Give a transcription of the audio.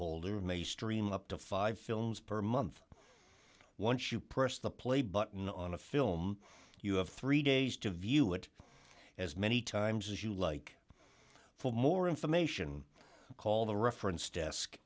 holder may stream up to five films per month once you press the play button on a film you have three days to view it as many times as you like for more information call the reference desk